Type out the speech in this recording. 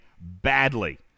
Badly